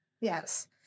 yes